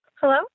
Hello